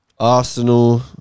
Arsenal